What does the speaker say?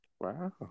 Wow